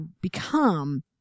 become